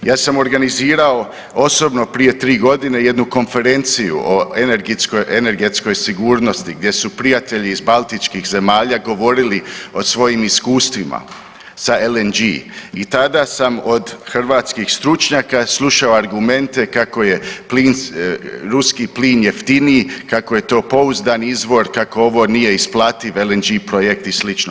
Ja sam organizirao osobno prije 3 godine jednu konferenciju o energetskoj sigurnosti gdje su prijatelji iz baltičkih zemalja govorili o svojim iskustvima sa LNG i tada sam od hrvatskih stručnjaka slušao argumente kako je plin, ruski plin jeftiniji, kako je to pouzdani izvor, kako ovo nije isplativ LNG projekt i slično.